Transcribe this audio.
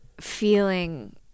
feeling